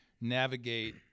navigate